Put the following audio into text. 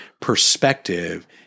perspective